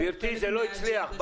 גברתי, זה לא הצליח.